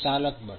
ચાલક બળ